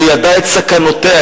הוא ידע את סכנותיה,